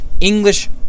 English